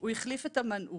הוא החליף את המנעול,